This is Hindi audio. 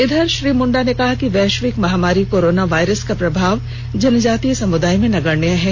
इधर श्री मुंडा ने कहा कि वैश्विक महामारी कोरोना वायरस का प्रभाव जनजातीय समुदाय में नगण्य है